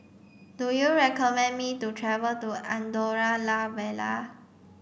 do you recommend me to travel to Andorra La Vella